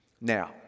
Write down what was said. Now